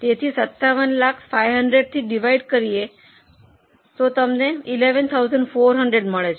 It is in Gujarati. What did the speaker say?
તેથી 57 લાખ 500 થી ડિવાઇડેડ કરીયે તો તમને 11400 મળે છે